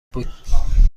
بود